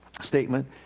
statement